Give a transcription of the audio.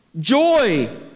joy